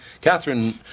Catherine